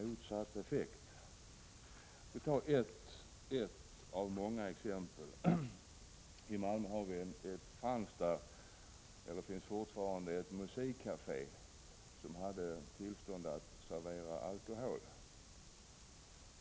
Jag skall nämna ett av många exempel. I Malmö finns det ett musikkafé som hade tillstånd att servera alkohol.